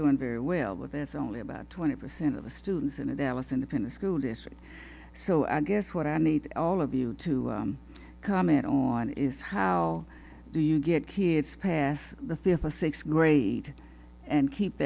doing very well but there's only about twenty percent of the students in a dallas independent school district so i guess what i need all of you to comment on is how do you get kids past the fear for sixth grade and keep